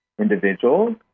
individuals